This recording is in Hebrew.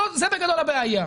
זאת בגדול הבעיה.